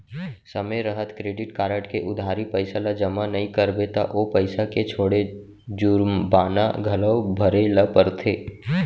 समे रहत credit card के उधारी पइसा ल जमा नइ करबे त ओ पइसा के छोड़े जुरबाना घलौ भरे ल परथे